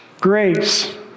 Grace